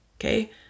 Okay